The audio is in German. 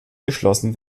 geschlossen